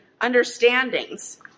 understandings